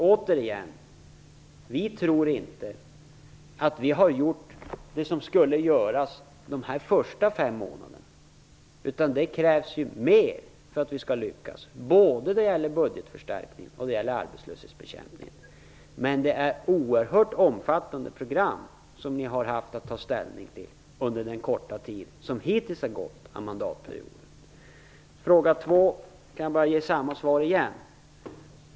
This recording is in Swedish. Återigen, vi tror inte att vi har gjort det som skulle göras de här första fem månaderna. Det krävs mer för att vi skall lyckas, både när det gäller budgetförstärkningen och arbetslöshetsbekämpningen. Men det är oerhört omfattande program som ni har haft att ta ställning till under den korta tid som hittills har gått av mandatperioden. På fråga två kan jag bara ge samma svar igen.